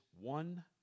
one